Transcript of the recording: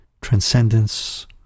transcendence